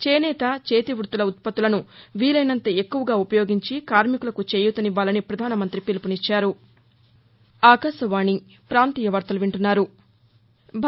చేనేత చేతివృత్తుల ఉత్పత్తులను వీలైనంత ఎక్కువగా ఉపయోగించి కార్శికులకు చేయూతనివ్వాలని పధానమంతి పిలుపునిచ్చారు